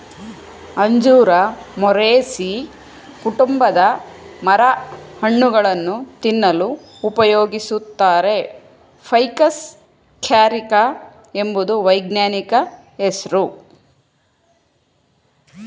ಅಂಜೂರ ಮೊರೇಸೀ ಕುಟುಂಬದ ಮರ ಹಣ್ಣುಗಳನ್ನು ತಿನ್ನಲು ಉಪಯೋಗಿಸುತ್ತಾರೆ ಫೈಕಸ್ ಕ್ಯಾರಿಕ ಎಂಬುದು ವೈಜ್ಞಾನಿಕ ಹೆಸ್ರು